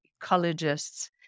ecologists